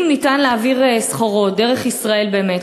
אם ניתן להעביר סחורות דרך ישראל באמת,